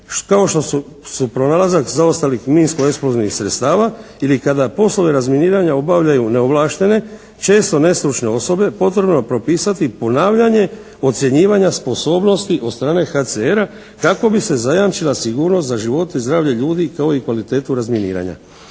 kao što su pronalazak zaostalih minsko eksplozivnih sredstava ili kada poslove razminiranja obavljaju neovlaštene često nestručne osobe, potrebno je propisati ponavljanje ocjenjivanja sposobnosti od strane HCR-a kako bi se zajamčila sigurnost za život i zdravlje ljudi kao i kvalitetu razminiranja.